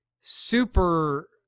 super